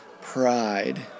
Pride